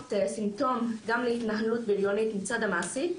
סימפטום גם להתנהלות ביריונית מצד המעסיק,